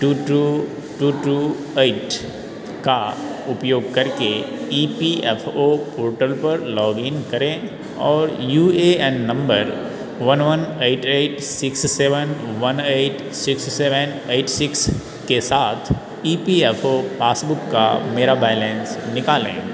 to two two two eight का उपयोग करके E P F O portal पर लॉगिन करें और U A N number one one eight eight six seven one eight six seven eight six के साथ E P F O passbook का मेरा बैलेन्स निकालें